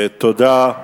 תודה.